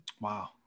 Wow